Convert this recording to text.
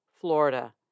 Florida